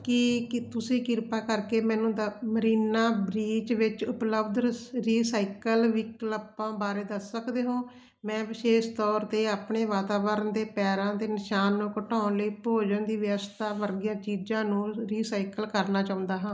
ਕੀ ਕ ਤੁਸੀਂ ਕਿਰਪਾ ਕਰਕੇ ਮੈਨੂੰ ਦ ਮਰੀਨਾ ਬਰੀਚ ਵਿੱਚ ਉਪਲੱਬਧ ਰਸ ਰੀਸਾਈਕਲ ਵਿਕਲਪਾਂ ਬਾਰੇ ਦੱਸ ਸਕਦੇ ਹੋ ਮੈਂ ਵਿਸ਼ੇਸ਼ ਤੌਰ 'ਤੇ ਆਪਣੇ ਵਾਤਾਵਰਣ ਦੇ ਪੈਰਾਂ ਦੇ ਨਿਸ਼ਾਨ ਨੂੰ ਘਟਾਉਣ ਲਈ ਭੋਜਨ ਦੀ ਵਿਅਰਥਤਾ ਵਰਗੀਆਂ ਚੀਜ਼ਾਂ ਨੂੰ ਰੀਸਾਈਕਲ ਕਰਨਾ ਚਾਹੁੰਦਾ ਹਾਂ